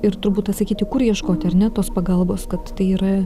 ir turbūt atsakyti kur ieškoti ar ne tos pagalbos kad tai yra